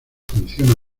funciona